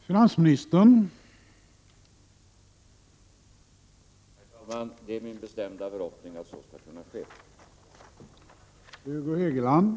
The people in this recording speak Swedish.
Herr talman! Det är min bestämda förhoppning att så skall kunna ske.